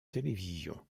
télévisions